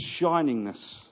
shiningness